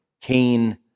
Cain